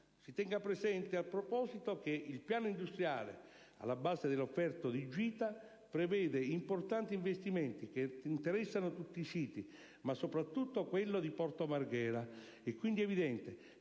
Si tenga presente, in proposito, che il piano industriale alla base dell'offerta di GITA prevede importanti investimenti che interessano tutti i siti, ma soprattutto quello di Porto Marghera. È quindi evidente